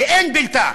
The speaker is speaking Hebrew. ואין בלתה.